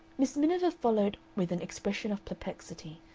miss miniver followed with an expression of perplexity,